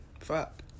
fuck